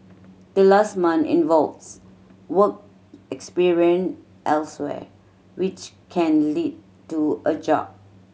the last month involves work experience elsewhere which can lead to a job